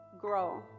grow